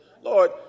Lord